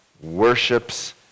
worships